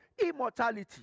Immortality